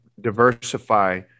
diversify